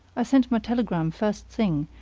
i sent my telegram first thing,